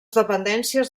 dependències